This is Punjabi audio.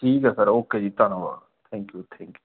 ਠੀਕ ਹੈ ਸਰ ਓਕੇ ਜੀ ਧੰਨਵਾਦ ਥੈਂਕ ਯੂ ਥੈਂਕ ਯੂ